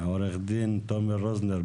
עורך הדין תומר רוזנר,